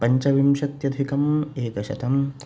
पञ्चविंशत्यधिकम् एकशतम्